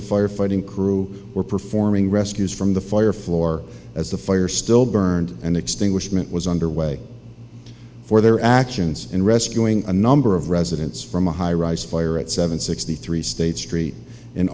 the firefighting crew were performing rescues from the fire floor as the fire still burned and extinguishment was under way for their actions in rescuing a number of residents from a high rise fire at seven sixty three state street in